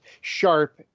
sharp